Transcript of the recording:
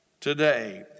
today